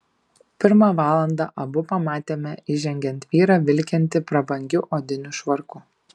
pirmą valandą abu pamatėme įžengiant vyrą vilkintį prabangiu odiniu švarku